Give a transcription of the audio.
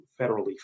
federally